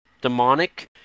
demonic